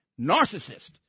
narcissist